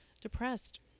depressed